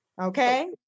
Okay